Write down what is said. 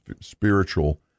spiritual